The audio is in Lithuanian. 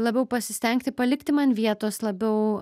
labiau pasistengti palikti man vietos labiau